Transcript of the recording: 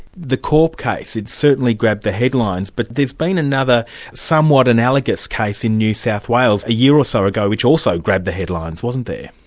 the korp case, it certainly grabbed the headlines, but there's been another somewhat analogous case in new south wales a year or so ago, which also grabbed the headlines, wasn't there?